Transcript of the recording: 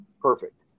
Perfect